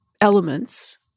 elements